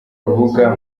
rubuga